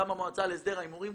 גם המועצה להסדר ההימורים,